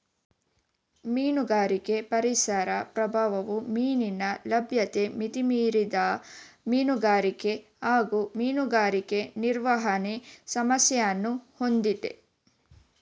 ಮೀನುಗಾರಿಕೆ ಪರಿಸರ ಪ್ರಭಾವವು ಮೀನಿನ ಲಭ್ಯತೆ ಮಿತಿಮೀರಿದ ಮೀನುಗಾರಿಕೆ ಹಾಗೂ ಮೀನುಗಾರಿಕೆ ನಿರ್ವಹಣೆ ಸಮಸ್ಯೆಯನ್ನು ಹೊಂದಿದೆ